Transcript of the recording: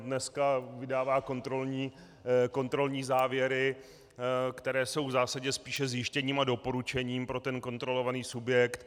Dneska vydává kontrolní závěry, které jsou v zásadě spíše zjištěním a doporučením pro kontrolovaný subjekt.